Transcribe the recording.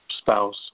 spouse